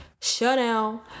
Chanel